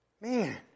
man